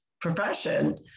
profession